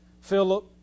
philip